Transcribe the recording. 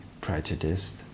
prejudiced